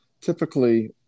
Typically